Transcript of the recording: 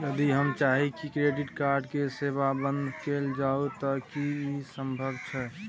यदि हम चाही की क्रेडिट कार्ड के सेवा बंद कैल जाऊ त की इ संभव छै?